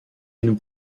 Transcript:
une